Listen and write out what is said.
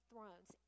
thrones